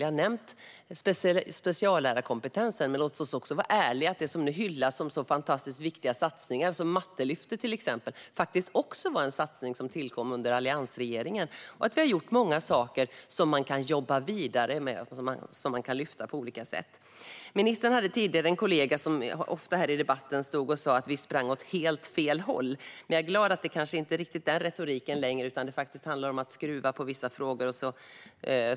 Jag har nämnt speciallärarkompetensen, men låt oss också vara ärliga: Det som nu hyllas som fantastiskt viktiga satsningar, till exempel Mattelyftet, var faktiskt sådant som tillkom under alliansregeringen. Vi har gjort många saker som det går att jobba vidare med och lyfta på olika sätt. Ministern hade tidigare en kollega som ofta stod i debatten och sa att vi sprang åt helt fel håll, och jag är glad att det kanske inte är riktigt den retoriken längre. I stället handlar det faktiskt om att skruva på vissa frågor.